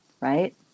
right